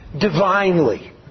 divinely